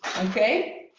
okay.